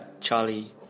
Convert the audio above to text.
Charlie